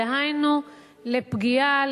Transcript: דהיינו לפגיעה,